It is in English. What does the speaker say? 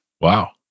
wow